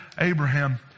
Abraham